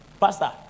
Pastor